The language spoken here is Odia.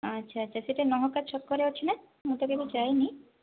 ଆଚ୍ଛା ଆଚ୍ଛା ସେଇଟା ନହକା ଛକରେ ଅଛି ନା ମୁଁ ତ କେବେ ଯାଇନି